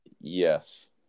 Yes